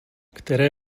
které